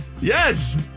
Yes